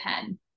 pen